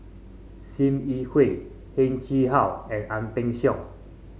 Sim Yi Hui Heng Chee How and Ang Peng Siong